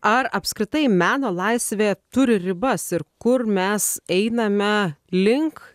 ar apskritai meno laisvė turi ribas ir kur mes einame link